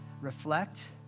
reflect